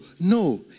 No